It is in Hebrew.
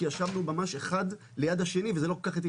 כי ישבנו ממש אחד ליד השני וזה לא כל כך התאים,